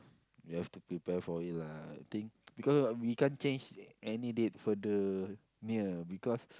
you have to prepare for it lah I think because we can't change any date further near because